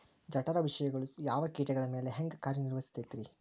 ಜಠರ ವಿಷಗಳು ಯಾವ ಕೇಟಗಳ ಮ್ಯಾಲೆ ಹ್ಯಾಂಗ ಕಾರ್ಯ ನಿರ್ವಹಿಸತೈತ್ರಿ?